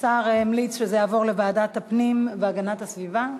השר המליץ שזה יעבור לוועדת הפנים והגנת הסביבה?